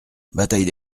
bataille